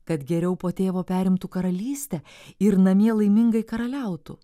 kad geriau po tėvo perimtų karalystę ir namie laimingai karaliautų